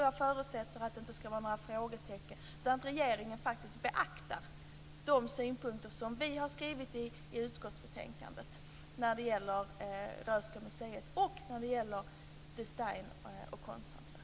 Jag förutsätter att det inte ska vara några frågetecken utan att regeringen faktiskt beaktar de synpunkter som vi har skrivit i utskottsbetänkandet när det gäller Röhsska museet och när det gäller design och konsthantverk.